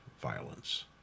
violence